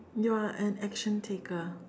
you're an action taker